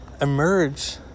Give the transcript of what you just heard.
emerge